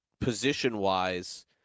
position-wise